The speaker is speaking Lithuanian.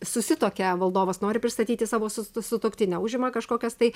susituokia valdovas nori pristatyti savo su sutuoktinę užima kažkokias tai